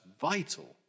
vital